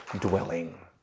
dwelling